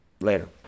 Later